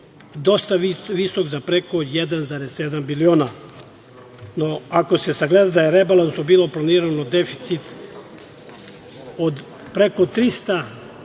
dosta visok za preko 1,7 miliona. Ako se sagleda da je rebalansom bilo planiran deficit od preko 300